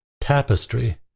tapestry